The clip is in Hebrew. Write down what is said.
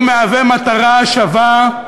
מהווה מטרה שווה,